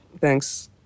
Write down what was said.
Thanks